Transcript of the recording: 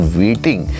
waiting